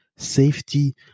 safety